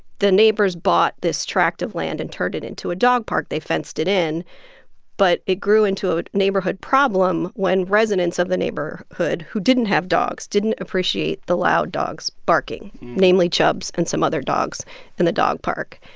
the neighbors bought this tract of land and turned it into a dog park. they fenced it in but it grew into a neighborhood problem when residents of the neighborhood who didn't have dogs didn't appreciate the loud dogs barking namely, chubbs and some other dogs in and the dog park.